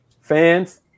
Fans